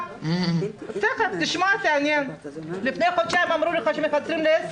לפני חודשיים אמרו לך שמקצרים ל-10.